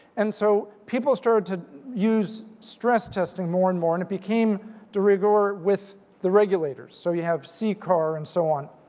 and so people started to use stress testing more and more and it became derigueur with the regulators. so you have c carr and so on.